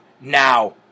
now